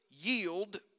yield